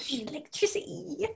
Electricity